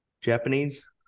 Japanese